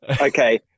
Okay